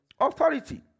Authority